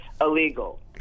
illegal